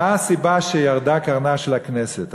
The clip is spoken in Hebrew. מה הסיבה שירדה קרנה של הכנסת,